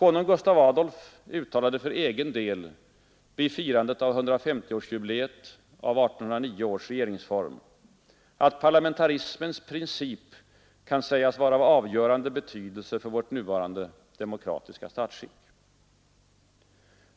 Konung Gustaf Adolf uttalade för egen del vid firandet av 150-årsjubileet av 1809 års regeringsform, att ”parlamentarismens princip kan sägas vara av avgörande betydelse för vårt nuvarande demokratiska statsskick”.